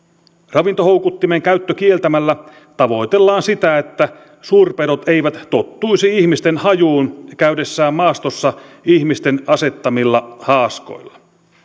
ravintohoukuttimen käyttö kieltämällä tavoitellaan sitä että suurpedot eivät tottuisi ihmisten hajuun käydessään maastossa ihmisten asettamilla haaskoilla